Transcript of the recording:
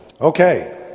Okay